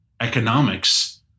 economics